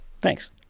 thanks